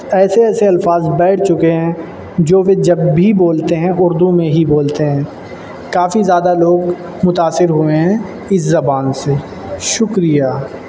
ایسے ایسے الفاظ بیٹھ چکے ہیں جو وہ جب بھی بولتے ہیں اردو میں ہی بولتے ہیں کافی زیادہ لوگ متاثر ہوئے ہیں اس زبان سے شکریہ